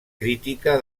crítica